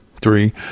Three